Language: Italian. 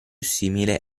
simile